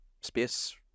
Space